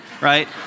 right